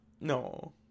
No